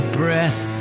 breath